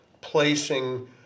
placing